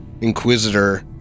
Inquisitor